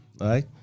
right